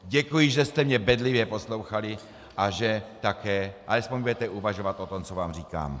Děkuji, že jste mě bedlivě poslouchali a že také alespoň budete uvažovat o tom, co vám říkám.